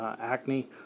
acne